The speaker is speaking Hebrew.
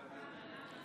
בבקשה אדוני,